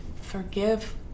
forgive